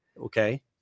Okay